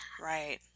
Right